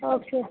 okay